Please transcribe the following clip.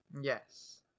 Yes